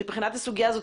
מבחינת הסוגיה הזאת,